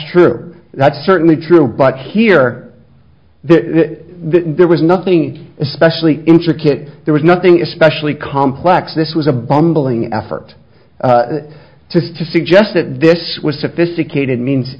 true that's certainly true but here there was nothing especially intricate there was nothing especially complex this was a bumbling effort to suggest that this was sophisticated means